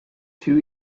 two